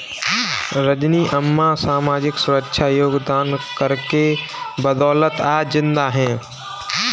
रजनी अम्मा सामाजिक सुरक्षा योगदान कर के बदौलत आज जिंदा है